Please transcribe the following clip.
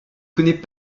connaît